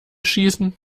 schießen